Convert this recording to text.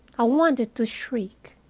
i wanted to shriek.